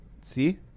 See